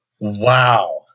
Wow